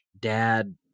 dad